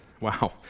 Wow